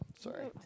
Sorry